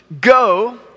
go